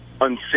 unsafe